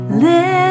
live